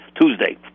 Tuesday